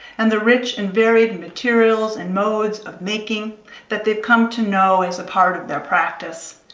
and the rich and varied materials and modes of making that they've come to know as a part of their practice,